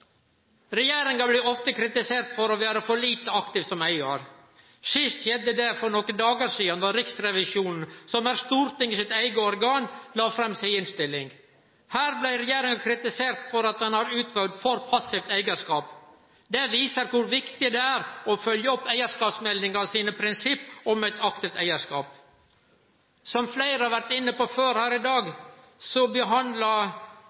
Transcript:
Regjeringa blir ofte kritisert for å vere for lite aktiv som eigar. Sist skjedde det for nokre dagar sidan, då Riksrevisjonen, som er Stortinget sitt eige organ, la fram si innstilling. Her blei regjeringa kritisert for at ho har utøvd for passiv eigarskap. Det viser kor viktig det er å følgje opp eigarskapsmeldinga sine prinsipp om ein aktiv eigarskap. Som fleire har vore inne på før her i dag,